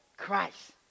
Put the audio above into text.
Christ